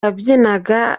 yabyinaga